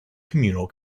communal